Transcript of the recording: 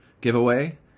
giveaway